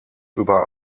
über